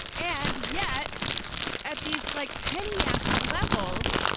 and yet at these like petty. yanti levels.